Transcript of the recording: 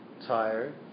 tired